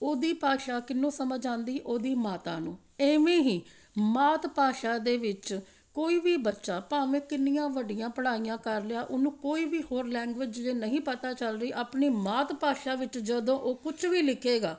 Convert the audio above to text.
ਉਹਦੀ ਭਾਸ਼ਾ ਕਿਹਨੂੰ ਸਮਝ ਆਉਂਦੀ ਉਹਦੀ ਮਾਤਾ ਨੂੰ ਇਵੇਂ ਹੀ ਮਾਤ ਭਾਸ਼ਾ ਦੇ ਵਿੱਚ ਕੋਈ ਵੀ ਬੱਚਾ ਭਾਵੇਂ ਕਿੰਨੀਆਂ ਵੱਡੀਆਂ ਪੜ੍ਹਾਈਆਂ ਕਰ ਲਿਆ ਉਹਨੂੰ ਕੋਈ ਵੀ ਹੋਰ ਲੈਂਗੁਏਜ ਜੇ ਨਹੀਂ ਪਤਾ ਚੱਲ ਰੀ ਆਪਣੀ ਮਾਤ ਭਾਸ਼ਾ ਵਿੱਚ ਜਦੋਂ ਉਹ ਕੁਛ ਵੀ ਲਿਖੇਗਾ